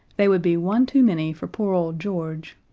they would be one too many for poor old george.